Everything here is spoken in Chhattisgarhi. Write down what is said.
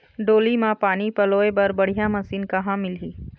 डोली म पानी पलोए बर बढ़िया मशीन कहां मिलही?